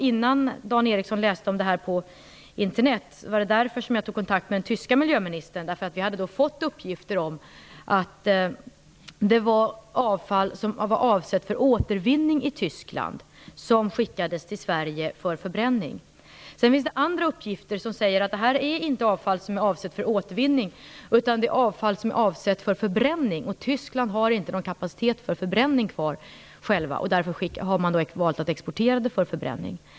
Innan Dan Ericsson läste om detta på Internet tog jag kontakt med den tyske miljöministern, eftersom vi hade fått uppgifter om att material som var avsett för återvinning i Tyskland skickades till Sverige för förbränning. Det finns också andra uppgifter som säger att detta inte är avfall som är avsett för återvinning utan avfall avsett för förbränning, och i Tyskland har man inte någon kapacitet för förbränning kvar. Därför har man valt att exportera avfallet för förbränning.